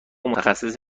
متخصص